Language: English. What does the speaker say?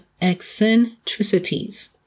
eccentricities